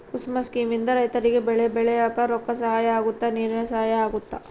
ಕುಸುಮ scheme ಇಂದ ರೈತರಿಗೆ ಬೆಳೆ ಬೆಳಿಯಾಕ ರೊಕ್ಕ ಸಹಾಯ ಅಗುತ್ತ ನೀರಿನ ಸಹಾಯ ಅಗುತ್ತ